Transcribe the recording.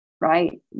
right